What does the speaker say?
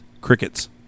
crickets